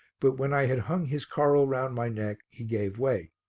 but when i had hung his coral round my neck he gave way.